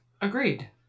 Agreed